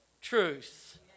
truth